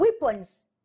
weapons